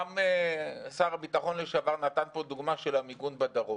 גם שר הביטחון לשעבר נתן פה דוגמה של המיגון בדרום.